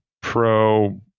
pro